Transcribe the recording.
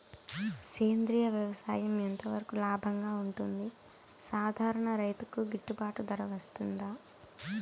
సేంద్రియ వ్యవసాయం ఎంత వరకు లాభంగా ఉంటుంది, సాధారణ రైతుకు గిట్టుబాటు ధర వస్తుందా?